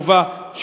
כמובן,